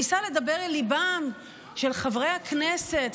ניסה לדבר על ליבם של חברי הכנסת.